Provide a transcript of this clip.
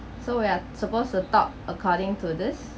so we are supposed to talk according to this